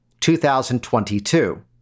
2022